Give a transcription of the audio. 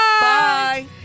Bye